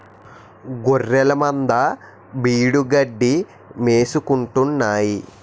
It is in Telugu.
గొఱ్ఱెలమంద బీడుగడ్డి మేసుకుంటాన్నాయి